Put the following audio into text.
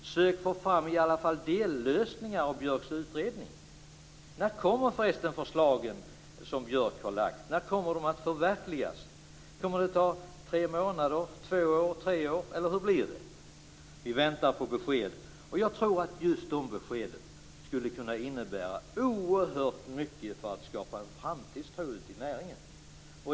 Försök få fram i alla fall dellösningar vad gäller Björks utredning. När kommer förresten förslagen som Björk har lagt fram? När kommer de att förverkligas? Kommer det att ta tre månader, två år, tre år eller hur blir det? Vi väntar på besked. Och jag tror att just de beskeden skulle kunna innebära oerhört mycket för att skapa en framtidstro i näringen.